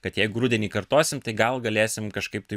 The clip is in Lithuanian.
kad jeigu rudenį kartosim tai gal galėsim kažkaip tai